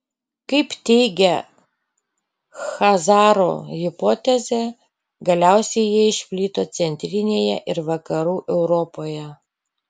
kaip teigia chazarų hipotezė galiausiai jie išplito centrinėje ir vakarų europoje